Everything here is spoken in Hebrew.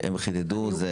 והם חידדו,